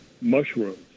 mushrooms